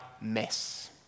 mess